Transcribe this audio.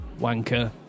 wanker